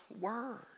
word